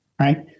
right